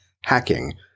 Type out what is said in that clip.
hacking